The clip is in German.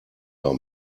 bei